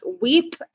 weep